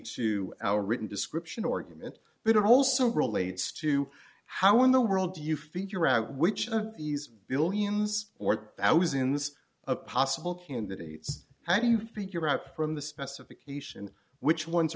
to our written description or given but it also relates to how in the world do you figure out which these billions or thousands a possible candidates how do you figure out from the specification which ones